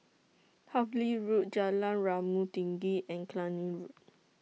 Harvey Road Jalan Rumah Tinggi and Cluny Road